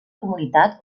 comunitat